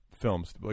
films